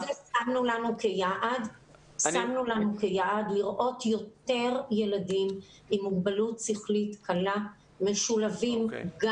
שמנו לנו כיעד לראות יותר ילדים עם מוגבלות שכלית קלה משולבים גם